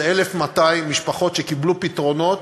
זה 1,200 משפחות שקיבלו פתרונות,